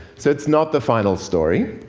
so it's not the final story,